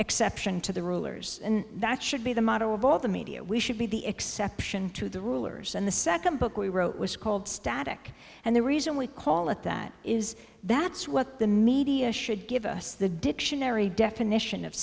exception to the rulers and that should be the motto of all the media we should be the exception to the rulers and the second book we wrote was called static and the reason we call it that is that's what the media should give us the dictionary definition of